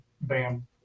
bam